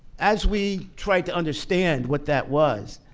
as we tried to understand what that was,